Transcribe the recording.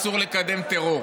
אסור לקדם טרור.